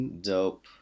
Dope